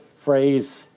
phrase